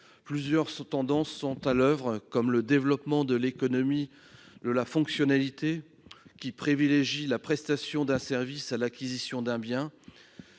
Plusieurs tendances sont à l'oeuvre, comme le développement de l'économie de la fonctionnalité, privilégiant la prestation d'un service à l'acquisition d'un bien,